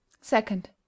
second